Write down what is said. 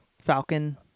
Falcon